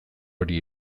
hori